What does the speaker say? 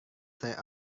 saya